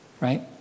right